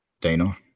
Dana